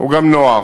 הוא גם נוח,